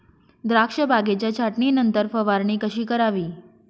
द्राक्ष बागेच्या छाटणीनंतर फवारणी कशी करावी?